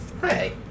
Hey